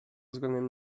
względem